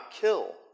kill